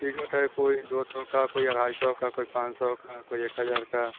ticket है कोई दो सौ का कोई अढाई सौ का कोई पाँच सौ का कोई एक हज़ार का